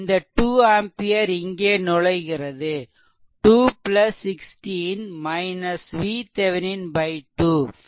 இந்த 2ஆம்பியர் இங்கே நுழைகிறது 2 16 VThevenin 2 VThevenin 6